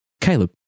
Caleb